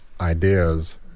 ideas